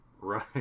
right